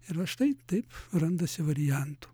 ir va štai taip randasi variantų